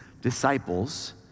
disciples